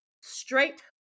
straight